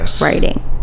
writing